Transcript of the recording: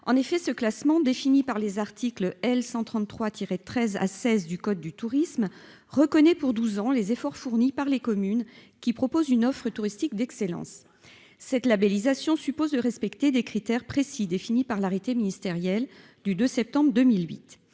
En effet, ce classement, défini par les articles L. 133-13 à L. 133-16 du code du tourisme, reconnaît pour douze ans les efforts fournis par les communes qui proposent une offre touristique d'excellence. Cette labellisation suppose de respecter des critères précis définis par l'arrêté ministériel du 2 septembre 2008.